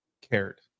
cared